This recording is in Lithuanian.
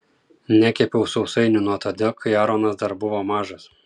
nekepiau sausainių nuo tada kai aronas dar buvo mažas